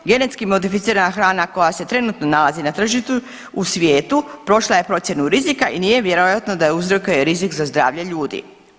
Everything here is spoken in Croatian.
Genetski modificirana hrana koja se trenutno nalazi na tržištu u svijetu prošla je procjenu rizika i nije vjerojatno da je uzrokuje rizik za zdravlje ljudi.